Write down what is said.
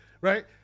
right